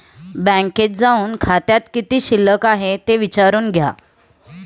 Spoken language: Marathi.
बँकेत जाऊन खात्यात किती शिल्लक आहे ते विचारून घ्या